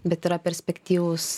bet yra perspektyvūs